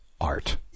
art